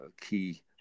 key